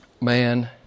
man